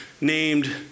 named